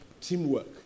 Teamwork